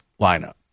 lineup